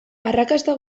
arrakasta